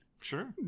Sure